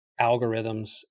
algorithms